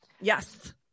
Yes